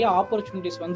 opportunities